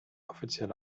offizielle